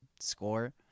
score